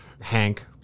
Hank